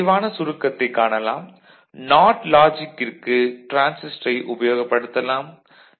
இதன் விரைவான சுருக்கத்தைக் காணலாம் நாட் லாஜிக்கிற்கு டிரான்சிஸ்டரை உபயோகப்படுத்தலாம்